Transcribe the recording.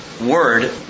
Word